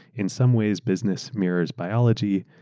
in some ways, business mirrors biology.